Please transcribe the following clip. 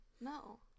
No